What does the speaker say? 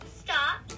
stop